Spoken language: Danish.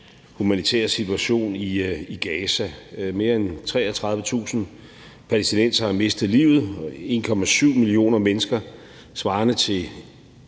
humanitære situation i Gaza. Mere end 33.000 palæstinensere har mistet livet, og 1,7 millioner mennesker